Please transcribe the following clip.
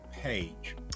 page